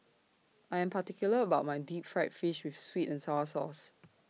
I Am particular about My Deep Fried Fish with Sweet and Sour Sauce